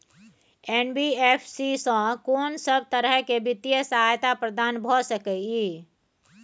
NBFC स कोन सब तरह के वित्तीय सहायता प्रदान भ सके इ? इ